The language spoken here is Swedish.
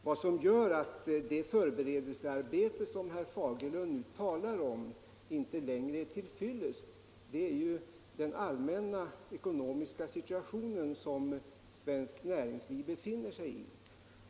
Vad som gör utt det förberedelsearbete som herr Fagerlund talar onmr inte längre är ull fyllest är den allmänna ekonomiska situation som svenskt närimegsliv befinner sig i.